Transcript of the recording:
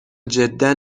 جدا